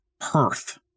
Perth